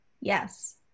Yes